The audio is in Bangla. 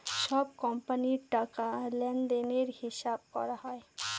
সব কোম্পানির টাকা লেনদেনের হিসাব করা হয়